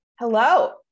Hello